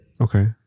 Okay